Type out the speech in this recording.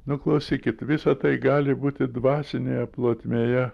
nu klausykit visa tai gali būti dvasinėje plotmėje